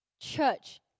Church